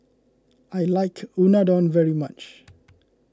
I like Unadon very much